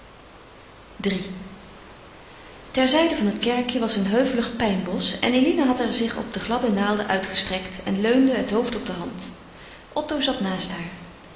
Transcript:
iii terzijde van het kerkje was een heuvelig pijnbosch en eline had er zich op de gladde naalden uitgestrekt en leunde het hoofd op de hand otto zat naast haar